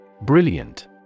Brilliant